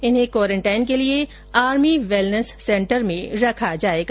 इन्हें क्वोरेन्टाइन के लिए आर्मी वेलनेस सेन्टर में रखा जाएगा